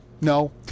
No